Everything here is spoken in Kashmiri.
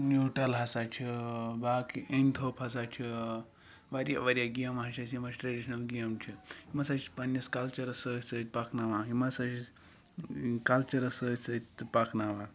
نیٚوٹَل ہَسا چھِ باقٕے أنتھوٚپ ہَسا چھِ واریاہ واریاہ گیمہٕ حظ چھِ اَسہِ یِم اَسہِ ٹریٚڈِشنَل گیمہٕ چھِ یِم ہَسا چھِ پَننِس کَلچَرَس سۭتۍ سۭتۍ پَکناوان یِم ہَسا چھِ کَلچَرَس سۭتۍ سۭتۍ پَکناوان